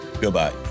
goodbye